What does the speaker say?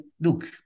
look